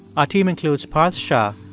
ah team includes parth shah,